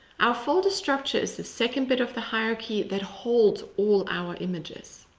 our folder structure is the second bit of the hierarchy that holds all our images.